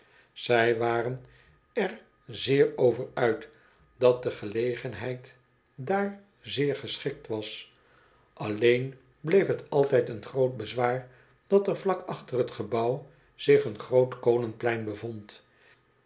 zij waren er zeer over uit dat de gelegenheid da ar zeer geschikt was alleen bleef bet altijd een groot bezwaar dat er vlak achter bet gebouw zich een groot kolenplein bevond